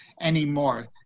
anymore